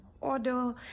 order